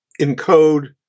encode